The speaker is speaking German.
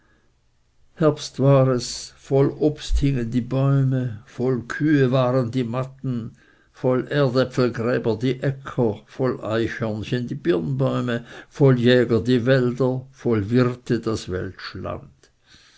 herbst war es voll obst hingen die bäume voll kühe waren die matten voll erdäpfelgräber die äcker voll eichhörnchen die birnbäume voll jäger die wälder voll wirte das